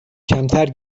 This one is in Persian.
کمتر